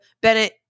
bennett